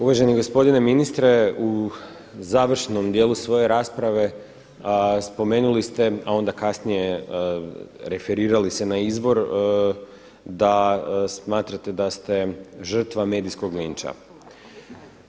Uvaženi gospodine ministre u završnom dijelu svoje rasprave spomenuli ste, a onda kasnije referirali se na izbor da smatrate da ste žrtva medijskog linča.